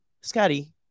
Scotty